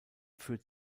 führt